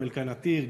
אום אל-קנאטר,